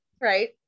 Right